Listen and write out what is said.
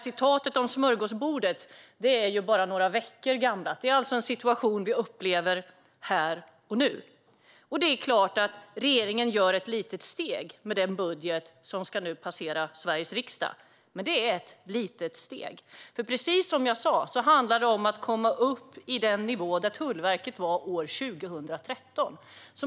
Uttalandet om smörgåsbordet är bara några veckor gammalt. Det här är alltså en situation vi upplever här och nu. Det är klart att regeringen tar ett litet steg med den budget som nu ska passera Sveriges riksdag. Men det är just ett litet steg, för precis som jag sa handlar det om att komma upp i den nivå där Tullverket var år 2013.